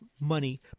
money